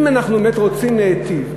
אם אנחנו באמת רוצים להיטיב,